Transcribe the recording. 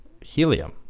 helium